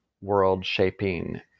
world-shaping